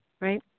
right